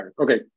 okay